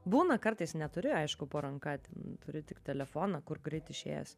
būna kartais neturi aišku po ranka ten turi tik telefoną kur greit išėjęs